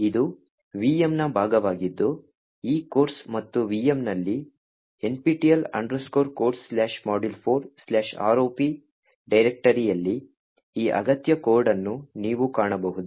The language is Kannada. ಇದು VM ನ ಭಾಗವಾಗಿದ್ದು ಈ ಕೋರ್ಸ್ ಮತ್ತು VM ನಲ್ಲಿ nptel codesmodule4ROP ಡೈರೆಕ್ಟರಿಯಲ್ಲಿ ಈ ಅಗತ್ಯ ಕೋಡ್ ಅನ್ನು ನೀವು ಕಾಣಬಹುದು